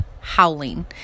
howling